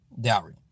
dowry